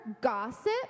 gossip